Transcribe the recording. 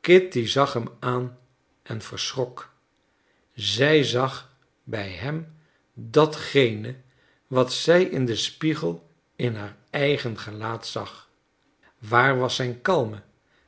kitty zag hem aan en verschrok zij zag bij hem datgene wat zij in den spiegel in haar eigen gelaat zag waar was zijn kalme